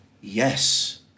yes